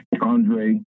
Andre